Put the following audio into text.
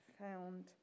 found